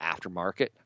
aftermarket